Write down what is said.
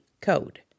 code